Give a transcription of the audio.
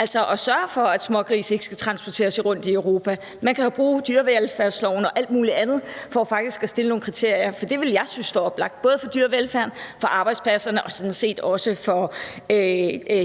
ind og sørger for, at smågrise ikke skal transporteres rundt i Europa. Man kan jo bruge dyrevelfærdsloven og alt muligt andet for faktisk at opstille nogle kriterier. Det ville jeg synes var oplagt, både for dyrevelfærden, for arbejdspladserne og sådan set også for